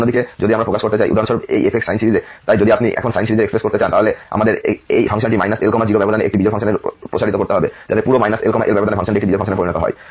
অন্যদিকে যদি আমরা প্রকাশ করতে চাই উদাহরণস্বরূপ এই f সাইন সিরিজে তাই যদি আপনি এখন সাইন সিরিজে এক্সপ্রেস করতে চান তাহলে আমাদের এই ফাংশনটি L 0 ব্যবধানে একটি বিজোড় ফাংশন হিসাবে প্রসারিত করতে হবে যাতে পুরো -L L ব্যবধানে ফাংশনটি একটি বিজোড় ফাংশনে পরিণত হয়